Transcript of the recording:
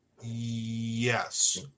yes